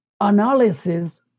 analysis